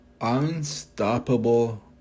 Unstoppable